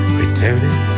returning